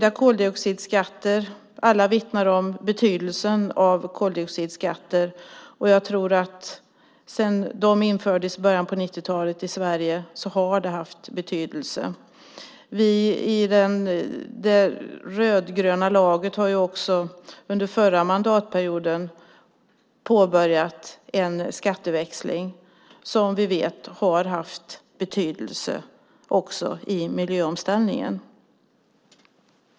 Alla vittnar om betydelsen av koldioxidskatter, och jag tror att de har haft betydelse sedan de infördes i början av 90-talet i Sverige. Vi i det rödgröna laget påbörjade också under förra mandatperioden en skatteväxling som vi vet har haft betydelse också i miljöomställningen.